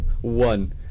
One